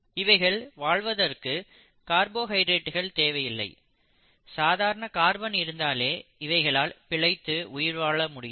இவைகள் வாழ்வதற்கு கார்போஹைட்ரேட்டுகள் தேவையில்லை சாதாரண கார்பன் இருந்தாலே இவைகளால் பிழைத்து உயிர் வாழ முடியும்